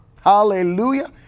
Hallelujah